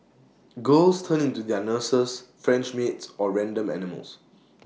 girls turn into their nurses French maids or random animals